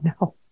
no